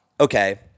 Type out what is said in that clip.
okay